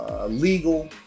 Legal